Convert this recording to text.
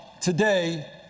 today